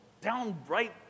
downright